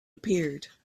appeared